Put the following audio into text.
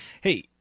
Hey